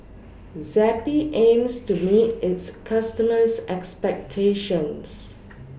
Zappy aims to meet its customers' expectations